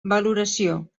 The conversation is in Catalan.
valoració